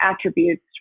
attributes